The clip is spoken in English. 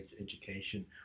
education